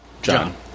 John